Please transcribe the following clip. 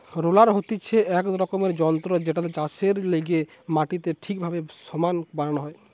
roller হতিছে এক রকমের যন্ত্র জেটাতে চাষের লেগে মাটিকে ঠিকভাবে সমান বানানো হয়